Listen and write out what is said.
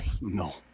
No